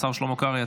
השר שלמה קרעי,